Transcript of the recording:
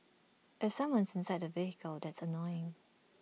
if someone's inside the vehicle that's annoying